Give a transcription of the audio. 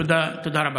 תודה רבה.